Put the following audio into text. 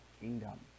kingdom